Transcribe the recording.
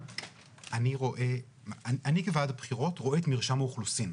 אני כוועדת בחירות רואה את מרשם האוכלוסין.